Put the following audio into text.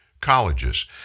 colleges